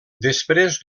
després